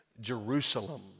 Jerusalem